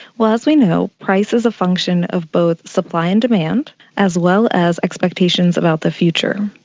well, as we know, price is a function of both supply and demand as well as expectations about the future.